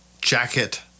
jacket